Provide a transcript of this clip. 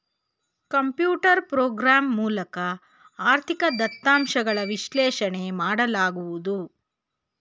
computer program ಮೂಲಕ ಆರ್ಥಿಕ ದತ್ತಾಂಶಗಳ ವಿಶ್ಲೇಷಣೆ ಮಾಡಲಾಗುವುದು